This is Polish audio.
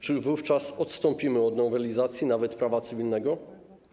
Czy wówczas odstąpimy od nowelizacji nawet prawa cywilnego?